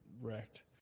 wrecked